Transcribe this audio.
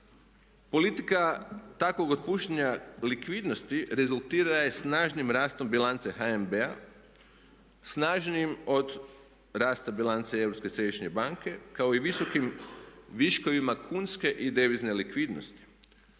Politika takvog otpuštanja likvidnosti rezultira je snažnim rastom bilance HNB-a, snažnijim od rasta bilance Europske središnje banke kao i visokim, viškovima kunske i devizne likvidnosti